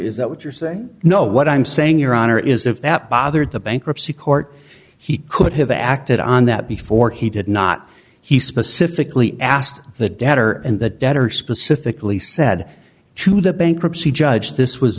is that what you're saying no what i'm saying your honor is if that bothered the bankruptcy court he could have acted on that before he did not he specifically asked the debtor and the debtor specifically said to the bankruptcy judge this was